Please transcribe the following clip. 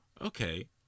okay